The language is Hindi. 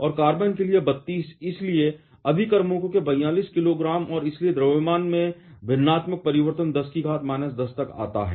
और कार्बन के लिए 32 इसलिए अभिकर्मकों के 42 किलोग्राम और इसलिए द्रव्यमान में भिन्नात्मक परिवर्तन 10 10 तक आता है